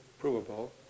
provable